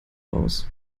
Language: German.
raus